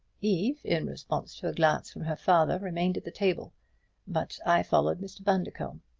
eve, in response to a glance from her father, remained at the table but i followed mr. bundercombe.